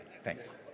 Thanks